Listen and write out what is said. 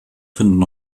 finden